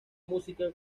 música